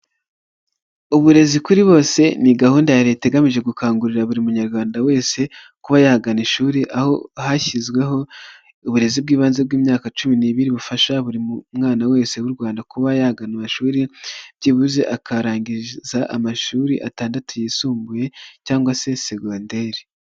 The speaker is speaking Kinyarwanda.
Uburezi kuri bose ni gahunda ya leta igamije gukangurira buri munyarwanda wese kuba yagana ishuri, aho hashyizweho uburezi bw'ibanze bw'imyaka cumi n'ibiri bufasha buri mwana wese w'u Rwanda kuba yagana amashuri, byibuze akarangiza amashuri atandatu yisumbuye cyangwa se segonderi.